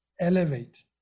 elevate